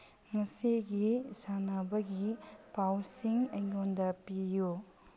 ꯉꯁꯤꯒꯤ ꯁꯥꯟꯅꯕꯒꯤ ꯄꯥꯎꯁꯤꯡ ꯑꯩꯉꯣꯟꯗ ꯄꯤꯌꯨ